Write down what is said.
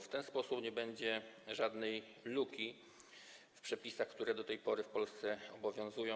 W ten sposób nie będzie żadnej luki w przepisach, które do tej pory w Polsce obowiązują.